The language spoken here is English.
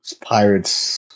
Pirates